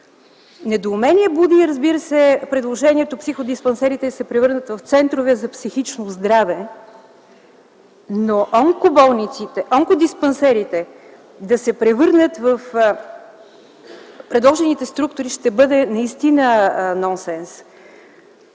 Недоумение буди предложението психодиспансерите да се превърнат в центрове за психично здраве, но онкодиспансерите да се превърнат в предложените структури ще бъде наистина нонсенс.